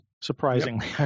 surprisingly